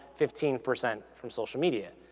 fifteen percent from social media.